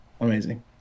amazing